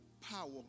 power